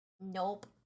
Nope